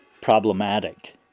problematic